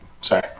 Sorry